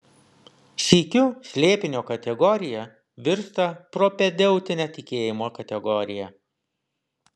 sykiu slėpinio kategorija virsta propedeutine tikėjimo kategorija